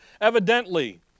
Evidently